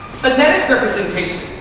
phonetic representation.